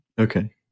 Okay